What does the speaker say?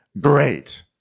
Great